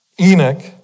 Enoch